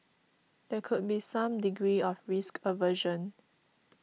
there could be some degree of risk aversion